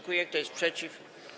Kto jest przeciw?